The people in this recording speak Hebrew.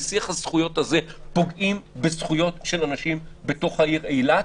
בשיח הזכויות הזה אנחנו פוגעים בזכויות של אנשים בעיר אילת.